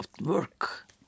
work